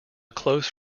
close